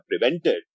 prevented